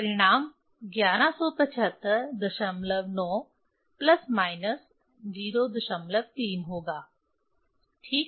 परिणाम 11759 plus minus 03 होगा ठीक